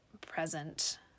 present